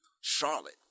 Charlotte